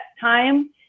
time